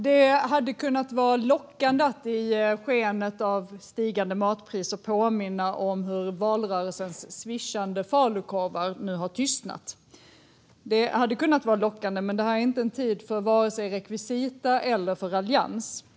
Herr talman! Det är lockande att i skenet av stigande matpriser påminna om hur valrörelsens svischande falukorvar nu har tystnat, men det här är inte en tid för vare sig rekvisita eller raljans.